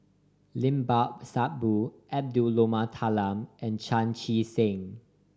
Limat Sabtu Edwy Lyonet Talma and Chan Chee Seng